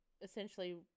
essentially